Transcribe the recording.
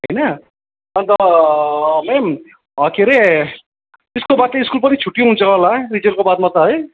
होइन अन्त म्याम अँ के अरे त्यसको बाद त स्कुल पनि छुट्टी हुन्छ होला रिजल्टको बादमा त है